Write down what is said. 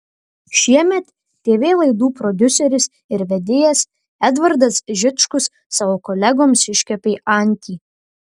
šiemet tv laidų prodiuseris ir vedėjas edvardas žičkus savo kolegoms iškepė antį